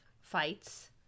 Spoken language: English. fights